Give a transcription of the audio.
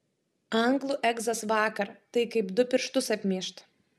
anglų egzas vakar tai kaip du pirštus apmyžt